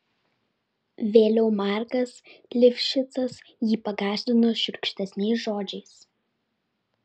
vėliau markas livšicas jį pagąsdino šiurkštesniais žodžiais